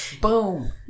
boom